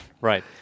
right